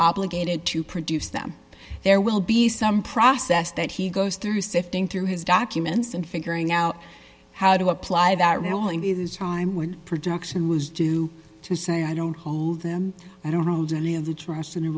obligated to produce them there will be some process that he goes through sifting through his documents and figuring out how to apply that all in the time when production was due to say i don't hold them i don't hold any of the trust